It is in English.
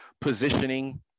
positioning